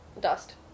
dust